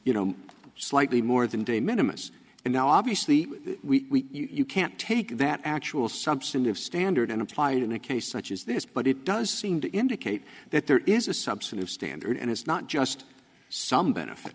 you know slightly more than de minimus and now obviously we you can't take that actual substantive standard and apply it in a case such as this but it does seem to indicate that there is a substantive standard and it's not just some benefit